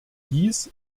dies